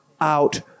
out